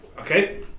okay